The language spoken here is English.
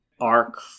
arc